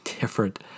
different